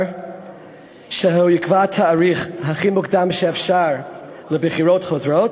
שהוא יקבע תאריך מוקדם ככל האפשר לבחירות חוזרות,